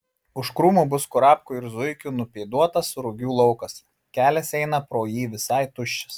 už krūmų bus kurapkų ir zuikių nupėduotas rugių laukas kelias eina pro jį visai tuščias